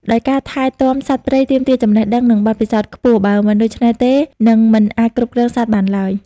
ដោយការថែទាំសត្វព្រៃទាមទារចំណេះដឹង និងបទពិសោធន៍ខ្ពស់ បើមិនដូច្នោះទេនិងមិនអាចគ្រប់គ្រងសត្វបានឡើយ។